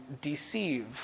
deceive